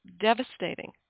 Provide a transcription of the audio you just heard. devastating